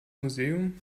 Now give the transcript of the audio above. museum